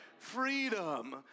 Freedom